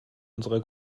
unserer